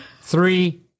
Three